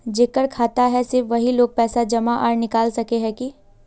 जेकर खाता है सिर्फ वही लोग पैसा जमा आर निकाल सके है की?